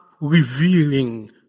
revealing